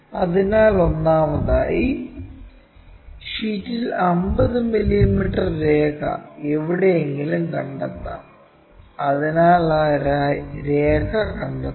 അതിനാൽ ഒന്നാമതായി ഷീറ്റിൽ 50 മില്ലീമീറ്റർ രേഖ എവിടെയെങ്കിലും കണ്ടെത്താം അതിനാൽ ആ രേഖ കണ്ടെത്തുക